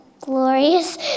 glorious